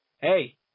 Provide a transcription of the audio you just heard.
Hey